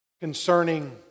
concerning